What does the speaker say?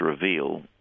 reveal